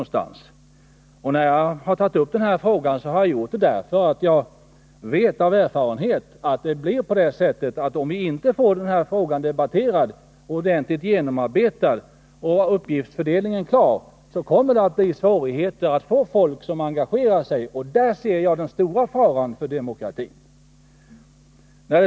Anledningen till att jag tagit upp denna fråga är att jag av erfarenhet vet att det, om vi inte får denna fråga debatterad och ordentligt genomarbetad, så att uppgiftsfördelningen klarläggs, kommer att bli svårt att få tag i folk som vill engagera sig. Däri ser jag den stora faran för demokratin.